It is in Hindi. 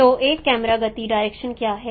तो एक कैमरा गति डायरेक्शन क्या है